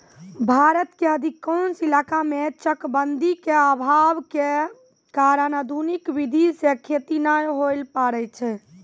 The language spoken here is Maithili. भारत के अधिकांश इलाका मॅ चकबंदी के अभाव होय के कारण आधुनिक विधी सॅ खेती नाय होय ल पारै छै